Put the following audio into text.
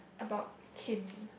about kin